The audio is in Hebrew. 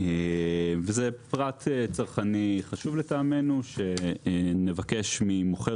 זה פרט צרכני חשוב לטעמנו שנבקש ממוכר